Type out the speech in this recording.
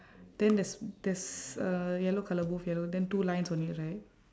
then there's there's uh yellow colour both yellow then two lines only right